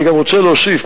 אני גם רוצה להוסיף,